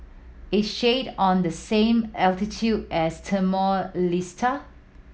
is Chad on the same latitude as Timor Leste